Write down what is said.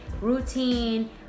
routine